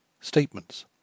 Statements